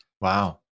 wow